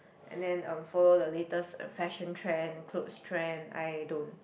and then um follow the latest fashion trend cloth trend I don't